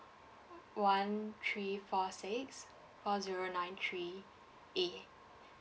one three four six four zero nine three A